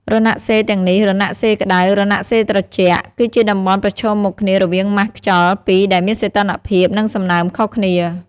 រណសិរ្សទាំងនេះ រណសិរ្សក្តៅ រណសិរ្សត្រជាក់ គឺជាតំបន់ប្រឈមមុខគ្នារវាងម៉ាស់ខ្យល់ពីរដែលមានសីតុណ្ហភាព និងសំណើមខុសគ្នា។